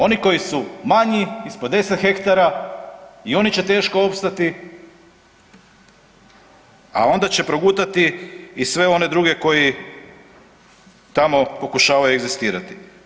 Oni koji su manji, ispod 10 ha i oni će teško opstati a onda će progutati i sve one druge koji tamo pokušavaju egzistirati.